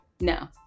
No